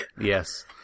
Yes